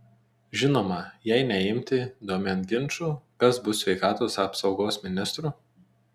žinoma jei neimti domėn ginčų kas bus sveikatos apsaugos ministru